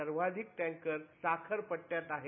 सर्वाधिक टँकर साखर पट्ट्यात आहे